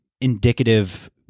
indicative